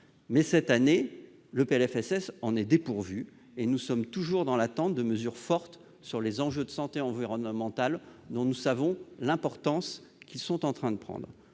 En revanche, le PLFSS pour 2019 en est dépourvu. Et nous sommes toujours dans l'attente de mesures fortes sur les enjeux de santé environnementale, dont nous savons l'importance qu'ils sont en train de prendre.